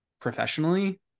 professionally